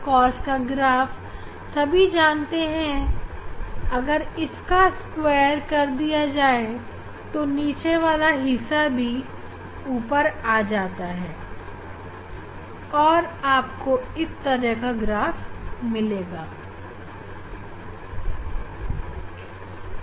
cos का graph सभी जानते हैं अगर इसका स्क्वायर कर दिया जाए तो नीचे वाला हिस्सा भी ऊपर आ जाता है और आपको इस तरह का ग्राफ़ मिलता है